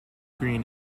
green